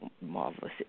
marvelous